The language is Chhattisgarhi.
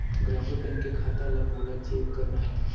ग्रामीण बैंक के खाता ला मोला चेक करना हे?